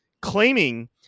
claiming